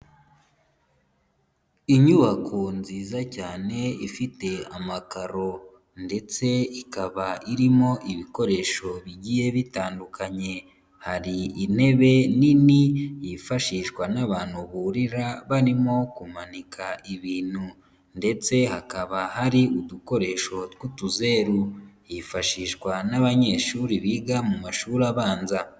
Inyubako nziza cyane ifite amakaro ndetse ikaba irimo ibikoresho bigiye bitandukanye, hari intebe nini yifashishwa n'abantu burira barimo kumanika ibintu, ndetse hakaba hari udukoresho tw'utuzeru hifashishwa n'abanyeshuri biga mu mashuri abanza.